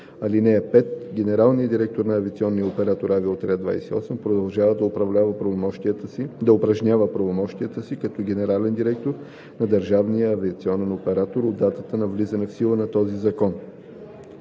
съюз. (5) Генералният директор на авиационен оператор – Авиоотряд 28, продължава да упражнява правомощията си като генерален директор на Държавния авиационен оператор от датата на влизането в сила на този закон.“